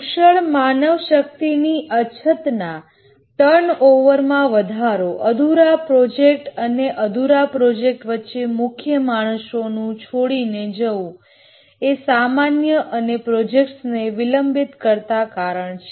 કુશળ માનવશક્તિની અછતના ટર્નઓવર માં વધારો અધૂરા પ્રોજેક્ટ અને અધૂરા પ્રોજેક્ટ વચ્ચે મુખ્ય માણસોનું છોડીને જવું એ સામાન્ય અને પ્રોજેક્ટને વિલંબિત કરતા કારણ છે